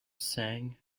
sang